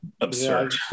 Absurd